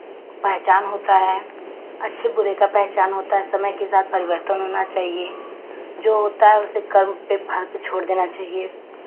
पहचान होता है अच्छे बुरे का पहचान होता है समय के साथ परिवर्तन होना चाहिए जो होता है उसे कर्म के फल पे छोड़ देना चाहिए